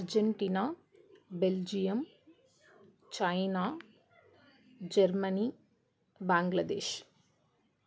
Argentina Belgium China Germany Bangladesh